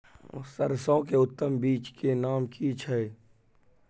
सरसो के उत्तम बीज के नाम की छै?